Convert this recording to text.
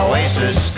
Oasis